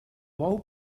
bou